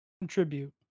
contribute